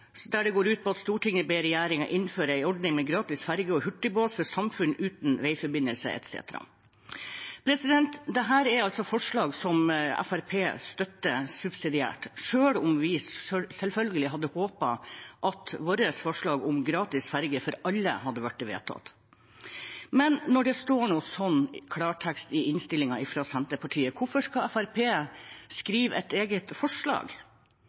går ut på at «Stortinget ber regjeringen innføre en ordning med gratis ferge og hurtigbåt for samfunn uten veiforbindelse» etc. Dette er altså forslag som Fremskrittspartiet støtter subsidiært, selv om vi selvfølgelig hadde håpet at vårt forslag om gratis ferge for alle hadde blitt vedtatt. Men når det står sånn i klartekst i innstillingen fra Senterpartiet, hvorfor skal Fremskrittspartiet skrive et eget forslag?